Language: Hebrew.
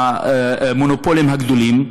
המונופולים הגדולים.